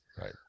Right